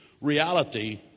reality